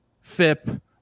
FIP